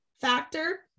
factor